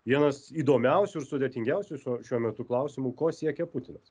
vienas įdomiausių ir sudėtingiausių so šiuo metu klausimų ko siekia putinas